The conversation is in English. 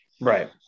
Right